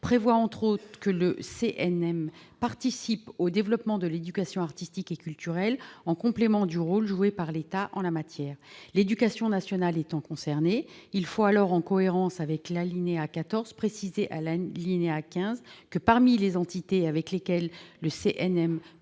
prévoit que le CNM participe au développement de l'éducation artistique et culturelle, en complément du rôle joué par l'État en la matière. L'éducation nationale étant concernée, il faut, en cohérence avec l'alinéa 14, préciser, à l'alinéa 15, que, parmi les entités avec lesquelles le CNM pourra